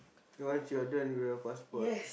once you are done with your passport